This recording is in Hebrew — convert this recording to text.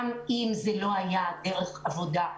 גם אם זה לא היה דרך עבודה,